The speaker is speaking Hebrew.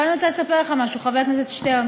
עכשיו אני רוצה לספר לך משהו, חבר הכנסת שטרן.